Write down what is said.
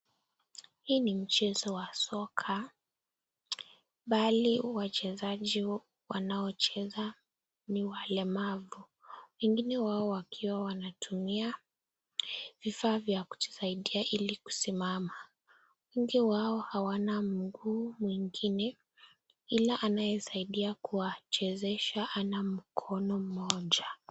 Hii ni mchezo wa soka bali wachezaji wanaocheza ni walemavu wengine wao wakiwa wanatumia vifaa vya kujisaidia ili kusimama wengi wao hawana mguu mwengine ila anayesaidia kuwachezesha hana mkono mmoja.